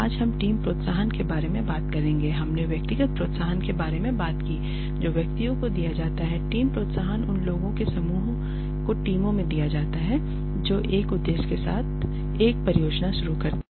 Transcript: आज हम टीम प्रोत्साहन के बारे में बात करेंगे हमने व्यक्तिगत प्रोत्साहन के बारे में बात की जो व्यक्तियों को दिया जाता है टीम प्रोत्साहन उन लोगों के समूहों को टीमों को दिया जाता है जो एक उद्देश्य के साथ एक परियोजना शुरू करते हैं